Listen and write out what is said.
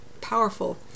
powerful